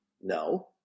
No